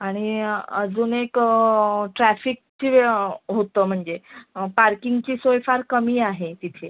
आणि अजून एक ट्रॅफिकची होतं म्हणजे पार्किंगची सोय फार कमी आहे तिथे